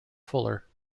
fuller